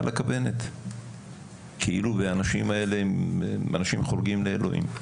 על הכוונת כאילו האנשים האלה הם אנשים חורגים לאלוהים,